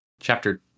chapter